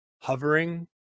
hovering